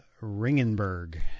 Ringenberg